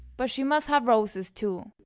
but she must have roses, too.